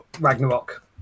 Ragnarok